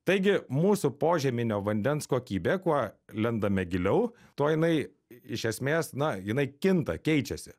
taigi mūsų požeminio vandens kokybė kuo lendame giliau tuo jinai iš esmės na jinai kinta keičiasi